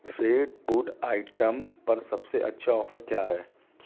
fade food items पर सबसे अच्छा ऑफर क्या है